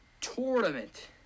tournament